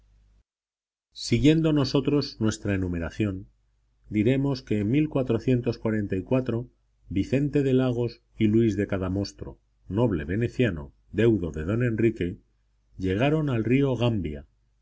siguiendo nosotros nuestra enumeración diremos que en vicente de lagos y luis de cadamostro noble veneciano deudo de don enrique llegaron al río gambia